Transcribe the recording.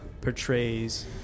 portrays